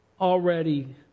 already